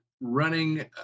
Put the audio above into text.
running